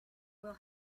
will